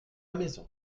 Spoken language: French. maison